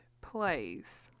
place